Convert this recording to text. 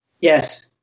Yes